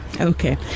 Okay